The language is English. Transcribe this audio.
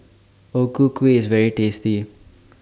O Ku Kueh IS very tasty